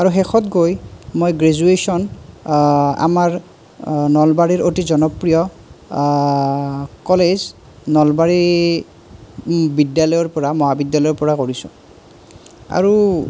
আৰু শেষত গৈ মই গ্ৰেজুৱেছন আমাৰ নলবাৰীৰ অতি জনপ্ৰিয় কলেজ নলবাৰী বিদ্যালয়ৰপৰা মহাবিদ্যালয়ৰ পৰা কৰিছোঁ আৰু